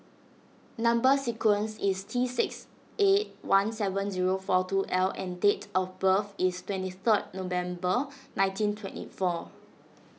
Number Sequence is T six eight one seven zero four two L and date of birth is twenty third November nineteen twenty four